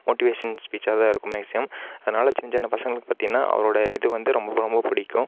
motivation ஸ்பீச்சாகதான் இருக்கும் maximum அதனால் சின்ன சின்ன பசங்களுக்கு பார்த்தீங்கன்னா அவரோட இது வந்து ரொம்ப ரொம்ப பிடிக்கும்